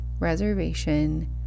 reservation